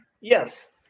yes